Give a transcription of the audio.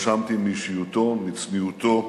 והתרשמתי מאישיותו, מצניעותו,